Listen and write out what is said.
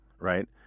right